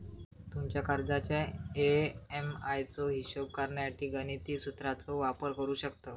तुमच्या कर्जाच्या ए.एम.आय चो हिशोब करण्यासाठी गणिती सुत्राचो वापर करू शकतव